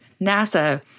NASA